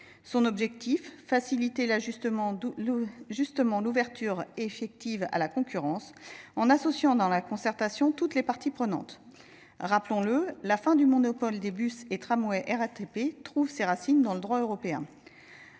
justement de faciliter l’ouverture effective à la concurrence, en associant dans la concertation toutes les parties prenantes. Rappelons le, la fin du monopole des bus et des tramways de la RATP trouve ses racines dans le droit européen.